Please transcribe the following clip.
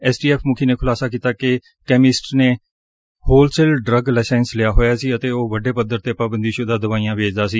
S T F ਮੁਖੀ ਨੇ ਖੁਲਾਸਾ ਕੀਤਾ ਕਿ ਕੈਮਿਸਟ ਨੇ ਹੋਲਸੇਲ ਡਰੱਗ ਲਾਇਸੈਸ ਲਿਆ ਹੋਇਆ ਸੀ ਅਤੇ ਉਹ ਵੱਡੇ ਪੱਧਰ ਤੇ ਪਾਬੰਦੀਸੁਦਾ ਦਵਾਈਆਂ ਵੇਚਦਾ ਸੀ